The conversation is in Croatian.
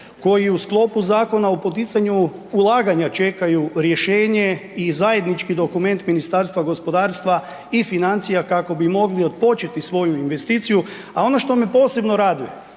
koji u sklopu Zakona o poticanju ulaganja čekaju rješenje i zajednički dokument Ministarstva gospodarstva i financija kako bi mogli otpočeti svoju investiciju. A ono što me posebno raduje